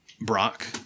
Brock